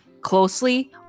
closely